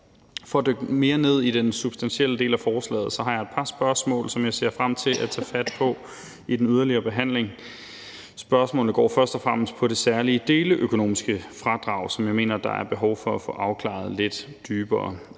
For at dykke mere ned i den substantielle del af forslaget har jeg et par spørgsmål, som jeg ser frem til at tage fat på i den yderligere behandling. Spørgsmålene går først og fremmest på det særlige deleøkonomiske fradrag, som jeg mener der er behov for at få afklaret lidt nærmere. Er det